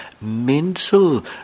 mental